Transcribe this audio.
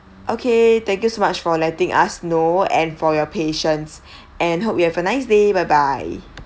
okay thank you so much for letting us know and for your patience and hope you have a nice day bye bye